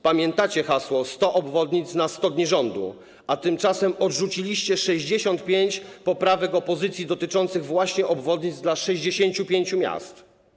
Pamiętacie hasło: 100 obwodnic na 100 dni rządu, a tymczasem odrzuciliście 65 poprawek opozycji dotyczących właśnie obwodnic dla 65 miast.